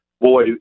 boy